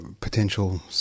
potential